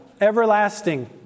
everlasting